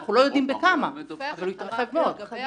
אנחנו לא יודעים בכמה, אבל הוא יתרחב מאוד.